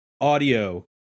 audio